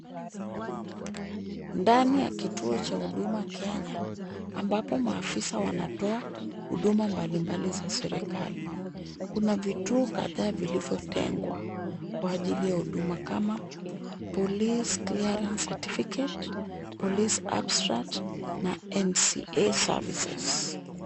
Ndani ya kituo cha Huduma Kenye, ambapo maafisa wanatoa huduma mbali mbali za serikali. Kuna vituo kadhaa vilivyotegwa kwa ajili ya huduma kama police clearance certificate, police abstract na NCA services .